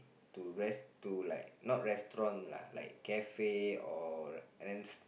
to rest to like not restaurant lah like cafe or